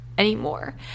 anymore